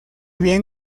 bien